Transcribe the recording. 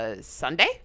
Sunday